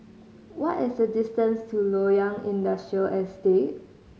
what is the distance to Loyang Industrial Estate